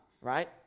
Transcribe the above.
right